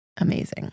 amazing